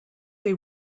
they